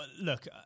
look